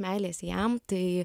meilės jam tai